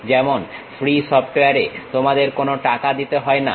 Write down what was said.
যেমন ফ্রী সফটওয়্যারে তোমাদের কোনো টাকা দিতে হয় না